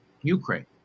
Ukraine